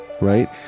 right